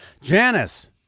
Janice